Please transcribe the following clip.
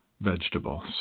vegetables